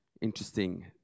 Interesting